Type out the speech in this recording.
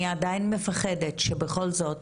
אני עדיין מפחדת שבכל זאת